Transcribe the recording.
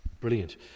Brilliant